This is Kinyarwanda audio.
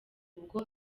ubwo